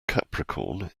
capricorn